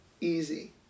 easy